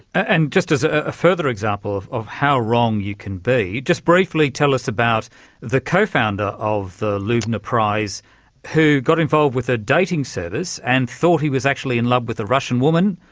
and just as a a further example of how wrong you can be, just briefly tell us about the co-founder of the loebner prize who got involved with their ah dating service and thought he was actually in love with a russian woman,